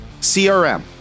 CRM